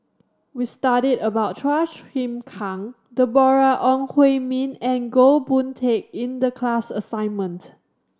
we studied about Chua Chim Kang Deborah Ong Hui Min and Goh Boon Teck in the class assignment